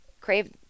crave